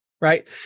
Right